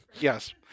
Yes